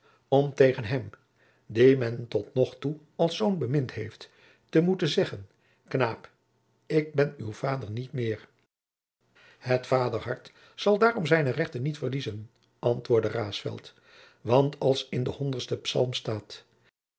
om tegen hem die men tot nog toe als zoon bemind heeft te moeten zeggen knaap ik ben uw vader niet meer het vaderhart zal daarom zijne rechten niet verliezen antwoordde raesfelt want als in den honderdsten psalm staat